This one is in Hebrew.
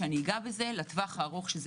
יש לטווח הארוך,